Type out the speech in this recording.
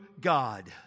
God